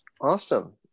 awesome